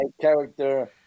character